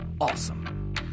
awesome